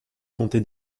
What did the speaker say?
comté